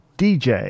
dj